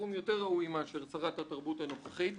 פורום יותר ראוי מאשר שרת התרבות הנוכחית בוודאי.